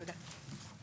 תודה.